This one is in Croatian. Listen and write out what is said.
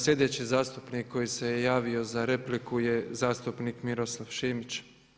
Sljedeći zastupnik koji se javio za repliku je zastupnik Miroslav Šimić.